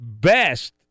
best